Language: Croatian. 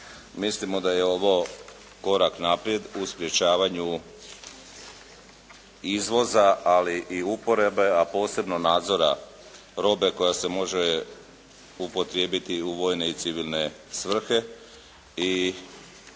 Mislimo da je ovo korak naprijed u sprečavanju izvoza, ali i uporabe, a posebno nadzora robe koja se može upotrijebiti u vojne i civilne svrhe.